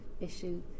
issue